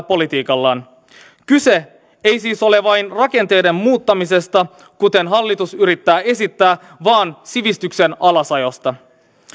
politiikallaan kyse ei siis ole vain rakenteiden muuttamisesta kuten hallitus yrittää esittää vaan sivistyksen alasajosta